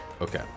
Okay